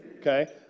Okay